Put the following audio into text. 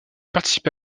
participe